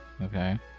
okay